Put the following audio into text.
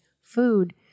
food